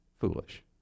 foolish